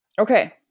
Okay